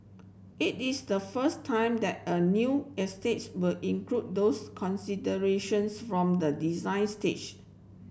it is the first time that a new estates will include those considerations from the design stage